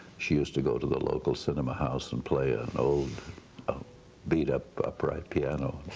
she used to go to the local cinema house and play an old beat up upright piano,